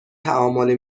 تعامل